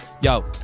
Yo